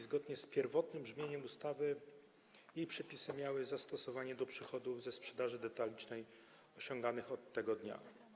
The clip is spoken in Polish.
Zgodnie z pierwotnym brzmieniem ustawy jej przepisy miały zastosowanie do przychodów ze sprzedaży detalicznej osiąganych od tego dnia.